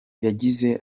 yagize